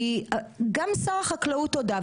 גם שר החקלאות הודה,